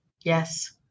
Yes